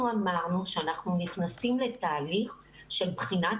אנחנו אמרנו שאנחנו נכנסים לתהליך של בחינת